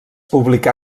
publicà